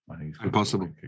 Impossible